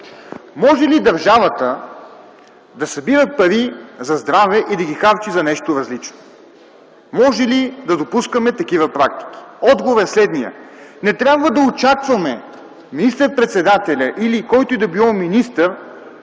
Може ли държавата да събира пари за здраве и да ги харчи за нещо различно? Може ли да допускаме такива практики? Отговорът е следният: не трябва да очакваме министър-председателят или който и да било министър